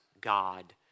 God